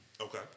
Okay